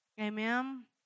Amen